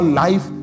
life